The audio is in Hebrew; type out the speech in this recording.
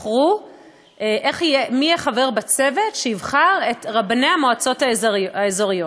מי יהיה חבר בצוות שיבחר את רבני המועצות האזוריות.